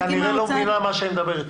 --- את כנראה לא מבינה מה אני מדבר איתך.